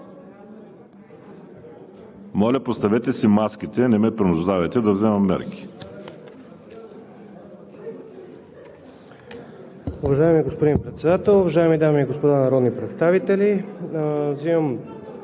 Моля, поставете си маските! Не ме принуждавайте да вземам мерки.